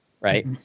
right